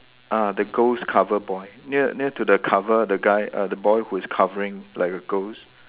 ah the ghost cover boy near near to the cover the guy err the boy who is covering like a ghost